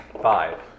Five